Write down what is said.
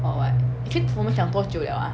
or what 你可以我们讲多久 liao ah